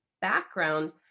background